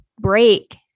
break